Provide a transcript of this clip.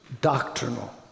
doctrinal